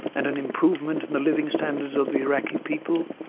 and an improvement in the living standards of the iraqi people,